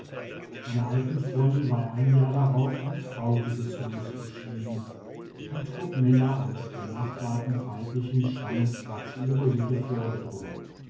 meiner alten freundin war ein jahr darauf ein trauriges los beschieden ein trupp männer eines benachbarten feindlichen stammes war zu ihrer hütte vorgedrungen